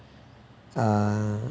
ah